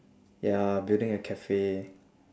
ya building a cafe